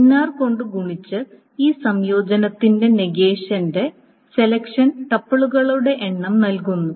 nr കൊണ്ട് ഗുണിച്ച ഈ സംയോജനത്തിന്റെ നെഗേഷന്റെ സെലക്ഷൻ ടപ്പിളുകളുടെ എണ്ണം നൽകുന്നു